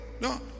No